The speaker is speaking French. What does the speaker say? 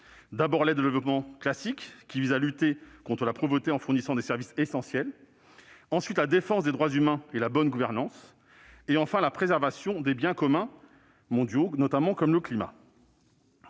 d'abord, l'aide au développement « classique », qui vise à lutter contre la pauvreté en fournissant des services essentiels ; ensuite, la défense des droits humains et la bonne gouvernance ; enfin, la préservation des « biens publics mondiaux », comme le climat.